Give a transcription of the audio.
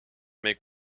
make